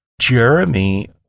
Jeremy